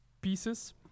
pieces